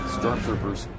Stormtroopers